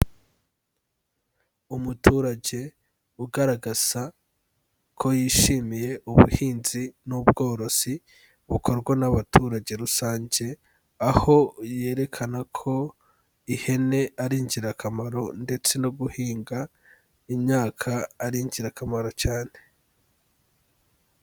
Umuturage ugaragaza ko yishimiye ubuhinzi n'ubworozi bukorwa n'abaturage rusange, aho yerekana ko ihene ari ingirakamaro ndetse no guhinga imyaka ari ingirakamaro cyane.